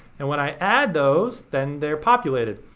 and when i add those then they're populated.